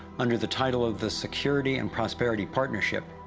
under the title of the security and prosperity partnership,